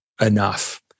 enough